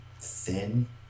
thin